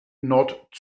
nord